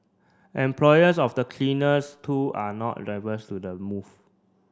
employers of the cleaners too are not adverse to the move